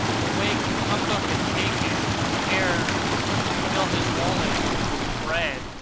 the wary cacambo had taken care to fill his wallet with bread,